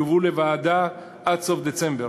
יובאו לוועדה עד סוף דצמבר.